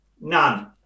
None